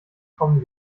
kommen